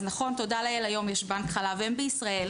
אז נכון, תודה לאל היום יש בנק חלב אם בישראל,